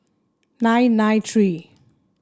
nine nine three